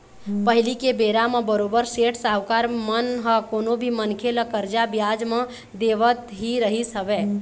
पहिली के बेरा म बरोबर सेठ साहूकार मन ह कोनो भी मनखे ल करजा बियाज म देवत ही रहिस हवय